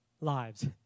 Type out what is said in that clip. lives